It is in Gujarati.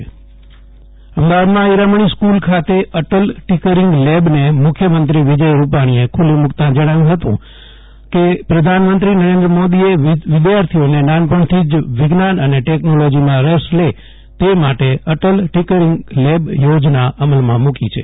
જયદિપ વૈષ્ણવ અટલ ટીકરીંગ લેબ અમદાવાદમાં હીરામણિ સ્કુલ ખાતે અટલ ટીકરીંગ લેબ ને મુખ્યમંત્રી વિજય રૂપાણીએ ખુલ્લી મુકતા જણાવ્યું હતું કે પ્રધાનમંત્રી નરેન્દ્ર મોદીએ વિદ્યાર્થીઓ નાનપણથી જ વિજ્ઞાન અને ટેકનોલોજીમાં રસ લે તે માટે અટલ ટીકરીંગ લેબ યોજના અમલમાં મુકી છે